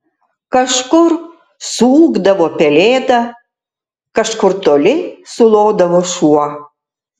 kažkur suūkdavo pelėda kažkur toli sulodavo šuo